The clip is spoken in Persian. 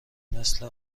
مثل